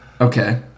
Okay